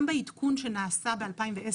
גם בעידכון שנעשה ב-2010,